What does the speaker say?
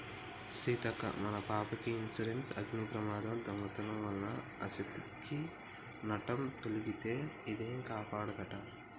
సీతక్క మన పాపకి ఇన్సురెన్సు అగ్ని ప్రమాదం, దొంగతనం వలన ఆస్ధికి నట్టం తొలగితే ఇదే కాపాడదంట